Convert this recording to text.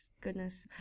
Goodness